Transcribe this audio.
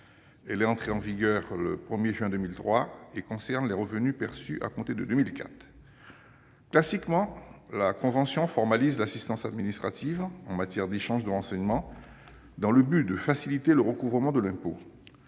est entrée en vigueur le 1 juin 2003 et concerne les revenus perçus à compter de 2004. Classiquement, elle formalise l'assistance administrative en matière d'échange de renseignements, dans le but de faciliter le recouvrement de l'impôt.